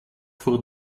for